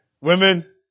Women